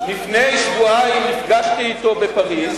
לפני שבועיים נפגשתי אתו בפריס.